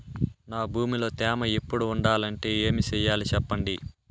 నా భూమిలో తేమ ఎప్పుడు ఉండాలంటే ఏమి సెయ్యాలి చెప్పండి?